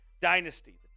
Dynasty